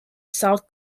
south